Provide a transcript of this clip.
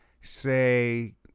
say